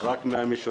לא רק מהמשותפת,